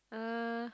uh